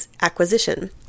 acquisition